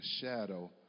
shadow